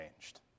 changed